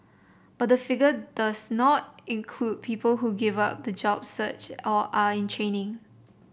but the figure does not include people who give up the job search or are in training